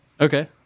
Okay